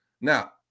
Now